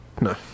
No